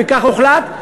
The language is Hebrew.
וכך הוחלט,